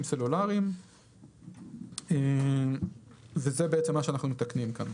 סלולריים וזה בעצם מה שאנחנו מתקנים כאן.